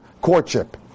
courtship